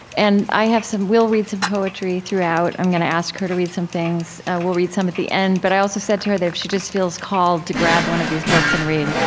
and i have some we'll read some poetry throughout. i'm going to ask her to read some things. we'll read some at the end. but i also said to her that, if she just feels called to grab one of these books and read,